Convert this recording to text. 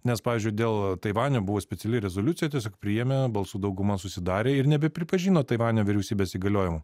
nes pavyzdžiui dėl taivanio buvo speciali rezoliucija tiesiog priėmė balsų dauguma susidarė ir nebepripažino taivanio vyriausybės įgaliojimų